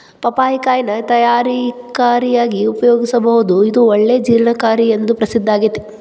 ಪಪ್ಪಾಯಿ ಕಾಯಿನ ತರಕಾರಿಯಾಗಿ ಉಪಯೋಗಿಸಬೋದು, ಇದು ಒಳ್ಳೆ ಜೇರ್ಣಕಾರಿ ಎಂದು ಪ್ರಸಿದ್ದಾಗೇತಿ